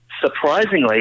surprisingly